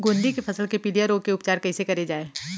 गोंदली के फसल के पिलिया रोग के उपचार कइसे करे जाये?